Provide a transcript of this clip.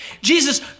Jesus